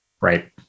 Right